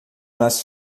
nas